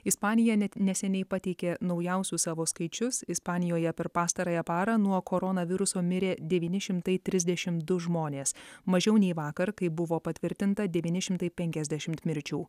ispanija net neseniai pateikė naujausius savo skaičius ispanijoje per pastarąją parą nuo koronaviruso mirė devyni šimtai trisdešim du žmonės mažiau nei vakar kai buvo patvirtinta devyni šimtai penkiasdešimt mirčių